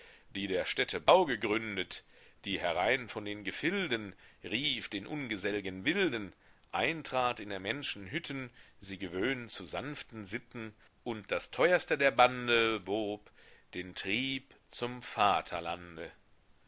die der städte bau gegründet die herein von den gefilden rief den ungesellgen wilden eintrat in der menschen hütten sie gewöhnt zu sanften sitten und das teuerste der bande wob den trieb zum vaterlande